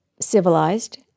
civilized